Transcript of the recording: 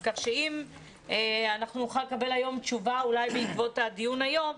אז כך שאם אנחנו נוכל לקבל היום תשובה אולי בעקבות הדיון היום,